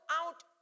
out